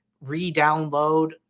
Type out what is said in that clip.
re-download